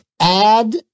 add